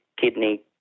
kidney